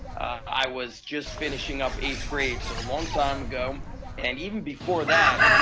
i was just finishing up eight grade so a long time ago and even before that,